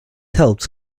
helped